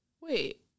Wait